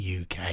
UK